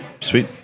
sweet